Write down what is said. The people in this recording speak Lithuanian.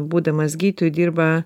būdamas gydytoju dirba